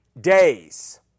days